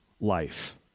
life